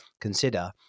consider